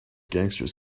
gangsters